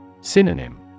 Synonym